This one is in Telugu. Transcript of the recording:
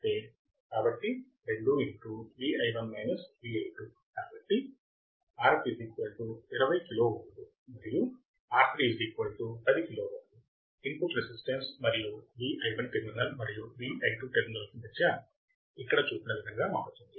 కాబట్టి Rf 20 కిలో ఓం మరియు R3 10 kilo ohm input resistance మరియు VI1 టెర్మినల్ మరియు VI2 టెర్మినల్ లకు మధ్య ఇక్కడ చూపిన విధంగా మారుతుంది